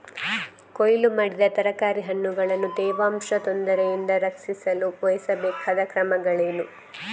ಕೊಯ್ಲು ಮಾಡಿದ ತರಕಾರಿ ಹಣ್ಣುಗಳನ್ನು ತೇವಾಂಶದ ತೊಂದರೆಯಿಂದ ರಕ್ಷಿಸಲು ವಹಿಸಬೇಕಾದ ಕ್ರಮಗಳೇನು?